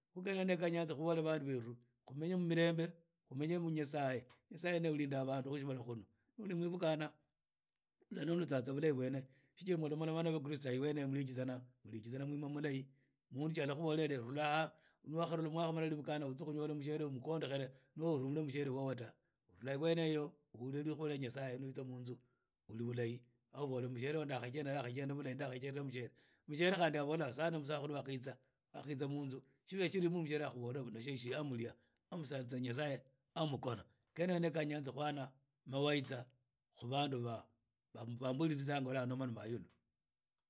Khu ndakahyanza khubola bandu beru khumenye mu mirembe khumenye mu nyasaye, nyasaye ni ye ulinda bamdu khunu no oli mwibukhana lalu uhula tsa bulahi bwene tsijjira muli bakristayo wene eyo murujitsana muritsan wmima mulahi mundu tsi alakhubola lelho rula no wakharula mwibukhana onyele mushiere ni omukhoondokhere nono orumulhe mushiere wobo ta urhuls iwene eyeo uhulli nyasaye ni utsa munzu uli bulahi na ubola mushiere wobo ndali ndakhajenda bulahi ndakhajenda mushiere mushuere na akhabola sande musakhulu wakhaitsa munzu shibe shiri mu mushiere yakhabola ureshie tsia mulia aah musanditsa nyasaye a mukhona kene khanyanza khuhana mawaidha khu bandu b aba mbuliza lwa moloma yilu